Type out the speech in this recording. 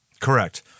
Correct